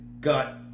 got